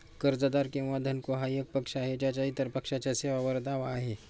कर्जदार किंवा धनको हा एक पक्ष आहे ज्याचा इतर पक्षाच्या सेवांवर दावा आहे